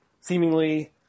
seemingly